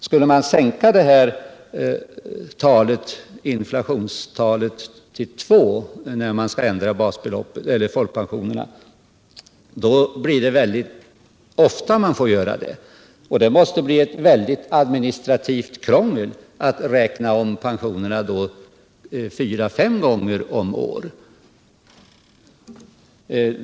Skulle man sänka inflationstalet till 2 96 för en ändring av folkpensionerna så blir det ofta man får göra ändringar. Och det blir mycket administrativt krångel att räkna om pensionerna fyra fem gånger om året.